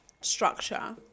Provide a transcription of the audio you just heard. structure